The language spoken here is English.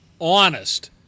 honest